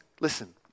listen